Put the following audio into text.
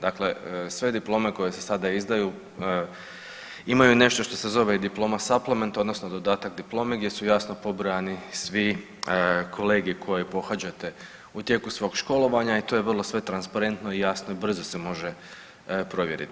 Dakle, sve diplome koje se sada izdaju imaju nešto što se zove Diploma Supplement odnosno dodatak diplomi gdje su jasno pobrojani svi kolegiji koje pohađate u tijeku svog školovanja i to je vrlo sve transparentno i jasno i brzo se može provjeriti.